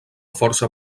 força